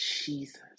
Jesus